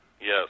Yes